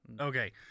Okay